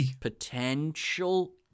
potential